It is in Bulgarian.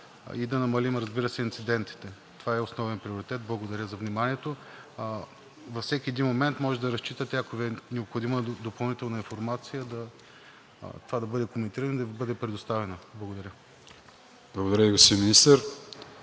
и да намалим, разбира се, инцидентите. Това е основен приоритет. Благодаря за вниманието. Във всеки един момент може да разчитате, ако Ви е необходима допълнителна информация, това да бъде коментирано и да Ви бъде предоставена. Благодаря. ПРЕДСЕДАТЕЛ АТАНАС